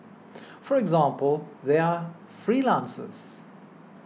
for example they are freelancers